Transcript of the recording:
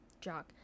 Jock